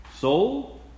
Soul